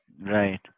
Right